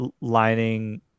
lining